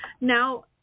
Now